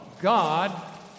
God